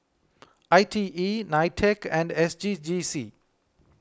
I T E Nitec and S G G C